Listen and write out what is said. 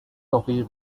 office